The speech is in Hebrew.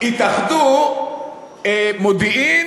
התאחדו מודיעין